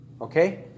okay